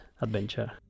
adventure